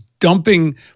dumping